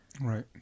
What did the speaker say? right